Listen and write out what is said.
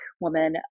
woman